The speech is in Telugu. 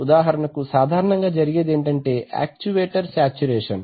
ఉదాహరణకు సాధారణముగా జరిగేది ఏమిటంటే యాక్చువేటర్ శాచ్యురేషన్